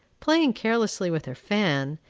playing carelessly with her fan,